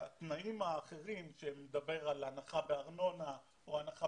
התנאים האחרים שמדברים על הנחה בארנונה או הנחה